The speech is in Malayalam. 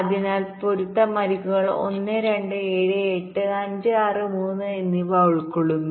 അതിനാൽ ഒരു പൊരുത്തം അരികുകൾ 1 2 7 8 5 6 3 എന്നിവ ഉൾക്കൊള്ളുന്നു